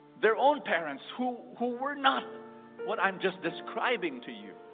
their own parents who who were not what i'm just describing to you.